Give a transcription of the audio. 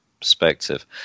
perspective